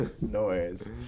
Noise